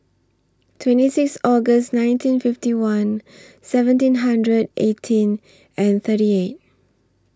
twenty six August nineteen fifty one seventeen hundred eighteen and thirty eight